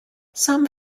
some